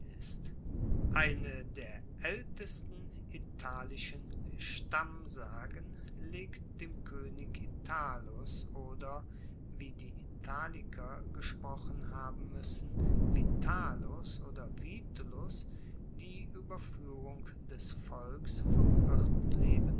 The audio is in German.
ist eine der aeltesten italischen stammsagen legt dem koenig italus oder wie die italiker gesprochen haben muessen vitalus oder vitulus die ueberfuehrung des volkes vom